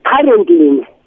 Currently